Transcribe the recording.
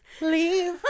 leave